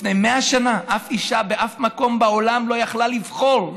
לפני 100 שנה אף אישה באף מקום בעולם לא יכלה לבחור,